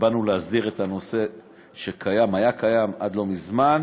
ובאנו להסדיר את הנושא שהיה קיים עד לא מזמן,